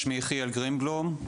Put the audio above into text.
שמי יחיאל גרינבלום,